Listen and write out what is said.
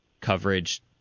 coverage